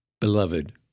Beloved